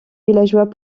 villageois